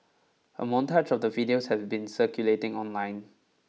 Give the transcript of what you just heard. a montage of the videos have been circulating online